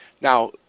now